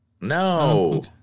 No